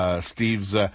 Steve's